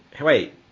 Wait